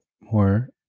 more